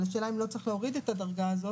אבל השאלה אם לא צריך להוריד את הדרגה הזאת.